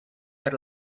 per